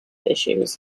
issues